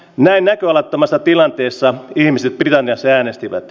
näin näköalattomassa tilanteessa ihmiset britanniassa äänestivät